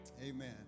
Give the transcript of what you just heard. Amen